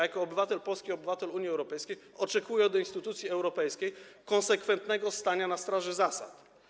Jako obywatel Polski, obywatel Unii Europejskiej oczekuję od instytucji europejskiej konsekwentnego stania na straży zasad.